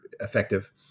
effective